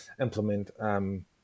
implement